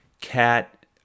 Cat